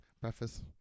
Breakfast